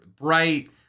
Bright